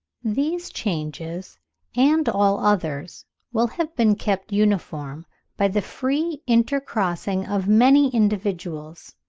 these changes and all others will have been kept uniform by the free intercrossing of many individuals.